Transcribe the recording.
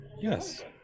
Yes